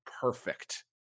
perfect